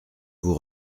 vous